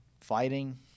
fighting